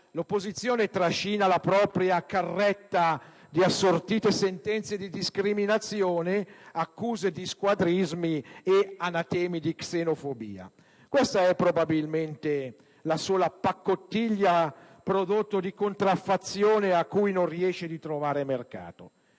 l'opposizione trascina la propria carretta di assortite sentenze di discriminazione, accuse di squadrismi e anatemi di xenofobia. Questa è probabilmente la sola paccottiglia, prodotto di contraffazione, che non riesce a trovare mercato.